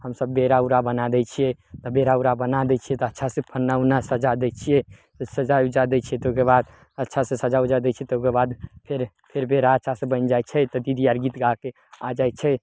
हमसभ बेरा उरा बना दै छियै तऽ बेरा उरा बना दै छियै तऽ अच्छासँ अङ्गना उङ्गना सजा दै छियै तऽ सजा उजा दै छियै तऽ ओइके बाद अच्छासँ सजा उजा दै छियै तऽ ओइके बाद फेर फेर बेरा अच्छासँ बनि जाइ छै तऽ दीदी आर गीत गाके आओर जाइ छै